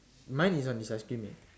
mine is on his ice cream eh